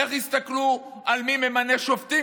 איך יסתכלו על מי שממנה שופטים,